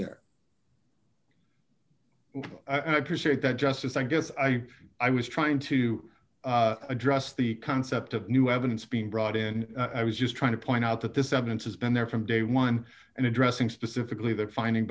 there and i perceive it that justice i guess i i was trying to address the concept of new evidence being brought in i was just trying to point out that this evidence has been there from day one and addressing specifically the finding